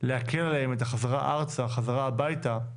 להקל עליהם את החזרה ארצה, החזרה הביתה,